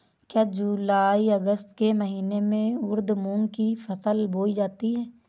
क्या जूलाई अगस्त के महीने में उर्द मूंग की फसल बोई जाती है?